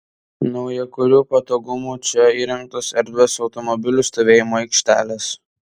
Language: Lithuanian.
naujakurių patogumui čia įrengtos erdvios automobilių stovėjimo aikštelės